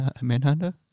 Manhunter